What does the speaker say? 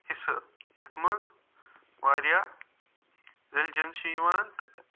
حِصہٕ یَتھ منٛز وارِیاہ ریٚلجن چھِ یِوان تہٕ